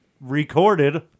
recorded